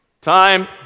Time